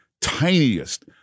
tiniest